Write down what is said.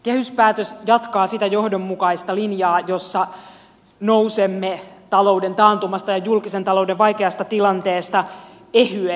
kehyspäätös jatkaa sitä johdonmukaista linjaa jolla nousemme talouden taantumasta ja julkisen talouden vaikeasta tilanteesta ehyenä